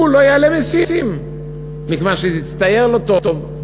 הוא לא יעלה מסים, מכיוון שזה יצטייר לא טוב.